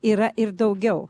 yra ir daugiau